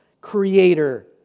Creator